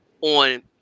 on